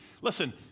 listen